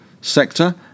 sector